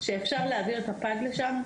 שאפשר להעביר את הפג לשם,